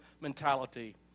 mentality